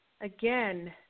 again